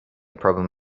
problem